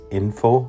info